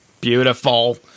Beautiful